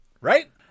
right